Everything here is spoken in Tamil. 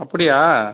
அப்படியா